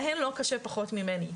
להן לא קשה פחות ממני.